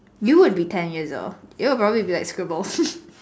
you would be ten years old it'll probably be like scribbles